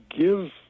give